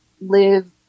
live